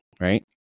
right